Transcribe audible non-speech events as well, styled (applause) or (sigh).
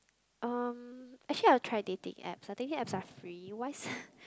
um actually I will try dating app as dating app are free why (breath)